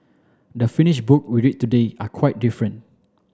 the finish book we read today are quite different